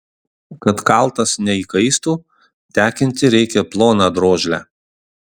kad kaltas neįkaistų tekinti reikia ploną drožlę